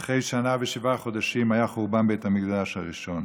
ואחרי שנה ושבעה חודשים היה חורבן בית המקדש הראשון.